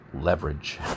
leverage